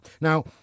Now